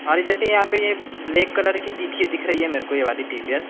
अरे जैसे यहाँ पे ये ब्लैक कलर की दिखी दिख रही है मेरे को ये वाली टी वी एस